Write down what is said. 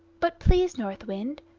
but, please, north wind,